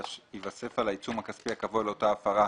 ייווסף על העיצום הכספי הקבוע לאותה הפרה,